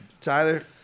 Tyler